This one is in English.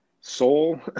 soul